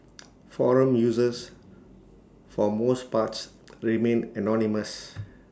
forum users for most parts remain anonymous